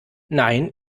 nein